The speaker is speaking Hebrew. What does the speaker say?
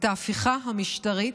את ההפיכה המשטרית,